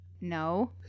No